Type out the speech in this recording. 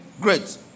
Great